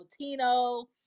Latino